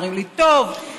אומרים לי: טוב,